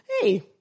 Hey